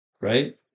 right